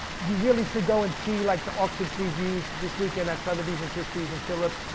you really should go and see like the auction previews this weekend at sotheby's, and christie's, and phillips.